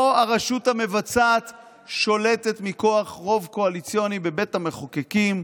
--- פה הרשות המבצעת שולטת מכוח רוב קואליציוני בבית המחוקקים,